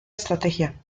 estrategia